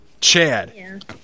Chad